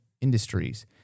industries